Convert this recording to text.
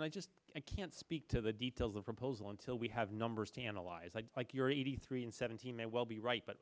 and i just can't speak to the details of proposal until we have numbers to analyze i like your eighty three and seventeen may well be right but